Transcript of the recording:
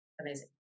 amazing